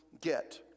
get